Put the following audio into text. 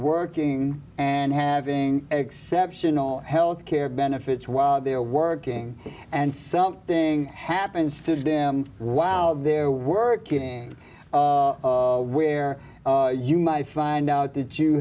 working and having exceptional health care benefits while they're working and something happens to them while they're working with their you might find out that you